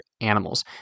animals